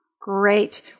Great